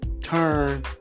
turn